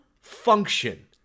function